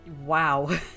Wow